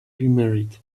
remarried